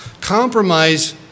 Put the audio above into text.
compromise